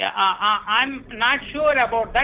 um i'm not sure about that.